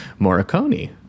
Morricone